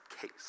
case